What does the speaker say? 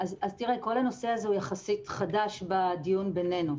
כל הנושא הזה הוא יחסית חדש בדיון בינינו.